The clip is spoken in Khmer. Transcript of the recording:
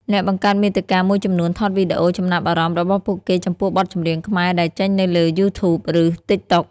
អ្នកបង្កើតមាតិការមួយចំនួនថតវីដេអូចំណាប់អារម្មណ៍របស់ពួកគេចំពោះបទចម្រៀងខ្មែរដែលចេញនៅលើ YouTube ឬ TikTok។